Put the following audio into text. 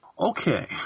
Okay